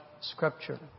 Scripture